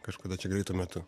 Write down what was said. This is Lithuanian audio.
kažkada čia greitu metu